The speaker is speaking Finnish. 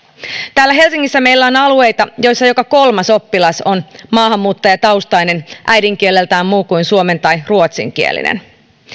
täällä helsingissä meillä on alueita joissa joka kolmas oppilas on maahanmuuttajataustainen äidinkieleltään muun kuin suomen tai ruotsinkielinen